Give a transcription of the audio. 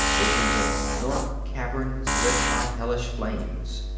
visions of dark caverns lit by hellish flames,